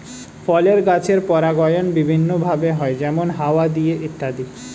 ফলের গাছের পরাগায়ন বিভিন্ন ভাবে হয়, যেমন হাওয়া দিয়ে ইত্যাদি